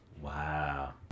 Wow